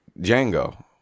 django